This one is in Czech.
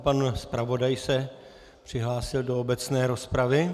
Pan zpravodaj se přihlásil do obecné rozpravy.